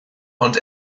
ond